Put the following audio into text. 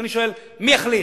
ואני שואל, מי יחליט?